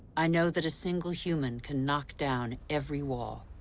i know that a single human can knock down every wall.